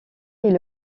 est